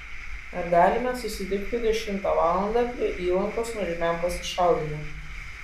ar galime susitikti dešimtą valandą prie įlankos nuožmiam pasišaudymui